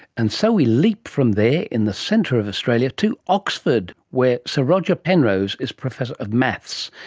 and so we leap from there in the centre of australia to oxford, where sir roger penrose is professor of maths,